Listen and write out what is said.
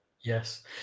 Yes